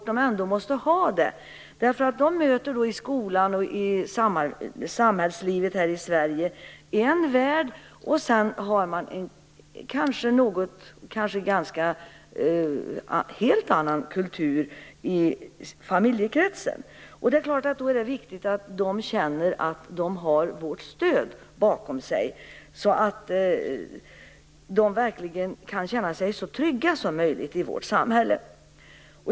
De möter i skolan och i samhällslivet i Sverige en värld, och sedan har de en kanske helt annan kultur i familjekretsen. Då är det viktigt att de känner att de har vårt stöd så att de verkligen kan känna sig så trygga som möjligt i vårt samhälle.